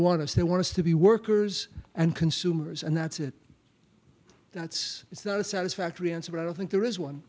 want us they want us to be workers and consumers and that's it that's satisfactory answer i don't think there is one